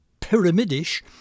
pyramidish